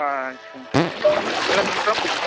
ᱟᱪᱪᱷᱟ ᱛᱟᱦᱚᱞᱮ ᱢᱚᱴᱟ ᱢᱩᱴᱤ